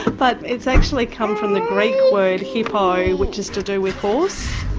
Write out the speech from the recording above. but it's actually come from the greek word hipo which is to do with horse.